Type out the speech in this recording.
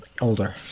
older